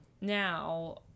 now